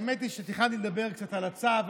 האמת היא שתכננתי לדבר קצת על הצו,